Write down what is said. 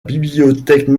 bibliothèque